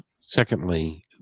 secondly